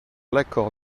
l’accord